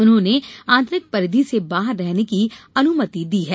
उन्हें आंतरिक परिधि से बाहर रहने की अनुमति दी गई है